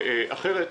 אחרת,